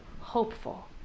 hopeful